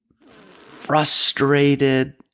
frustrated